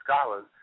Scholars